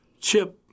chip